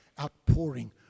outpouring